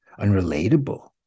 Unrelatable